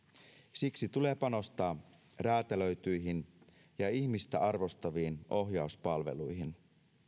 siksi tulee panostaa räätälöityihin ja ihmistä arvostaviin ohjauspalveluihin